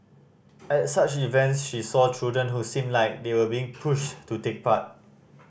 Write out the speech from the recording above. at such events she saw children who seemed like they were being pushed to take part